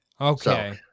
Okay